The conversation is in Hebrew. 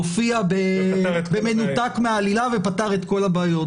הופיע במנותק מהעלילה ופתר את כל הבעיות.